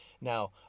Now